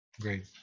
Great